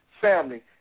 Family